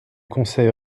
conseil